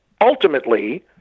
ultimately